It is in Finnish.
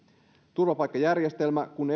turvapaikkajärjestelmä kun